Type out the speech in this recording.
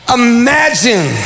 imagine